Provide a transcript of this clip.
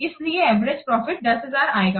इसलिए average profit 10000 आएगा